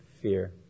fear